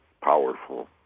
powerful